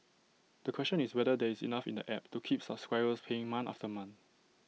the question is whether there is enough in the app to keep subscribers paying month after month